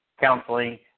counseling